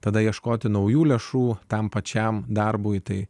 tada ieškoti naujų lėšų tam pačiam darbui tai